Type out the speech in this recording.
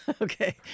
Okay